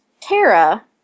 Tara